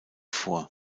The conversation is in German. vor